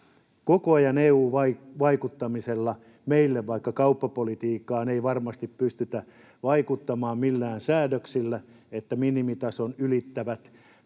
koko ajan EU-vaikuttamisella meille se — vaikka kauppapolitiikkaan ei varmasti pystytä vaikuttamaan millään säädöksillä — että minimitason ylittävät